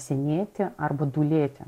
senėti arba dūlėti